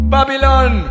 Babylon